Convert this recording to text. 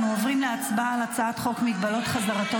אנחנו עוברים להצבעה על הצעת חוק מגבלות חזרתו